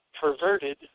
perverted